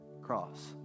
cross